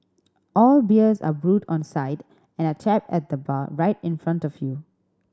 all beers are brewed on site and are tapped at the bar right in front of you